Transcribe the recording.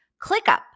ClickUp